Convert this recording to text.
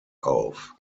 auf